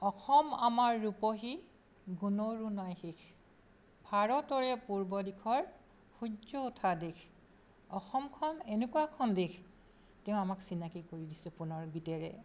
অসম আমাৰ ৰূপহী গুণৰো নাই শেষ ভাৰতৰে পূৰ্ব দিশৰ সূৰ্য্য উঠা দেশ অসমখন এনেকুৱা এখন দেশ তেওঁ আমাক চিনাকী কৰি দিছে পুনৰ গীতেৰে